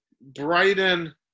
Brighton